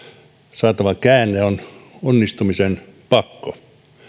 saatava käänne on onnistumisen pakko